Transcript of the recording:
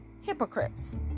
hypocrites